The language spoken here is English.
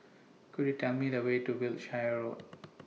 Could YOU Tell Me The Way to Wiltshire Road